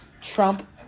Trump